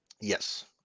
Yes